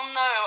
no